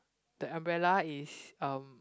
the umbrella is um